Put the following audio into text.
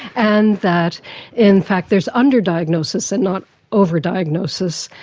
and that in fact there is under-diagnosis and not over-diagnosis,